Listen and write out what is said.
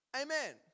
Amen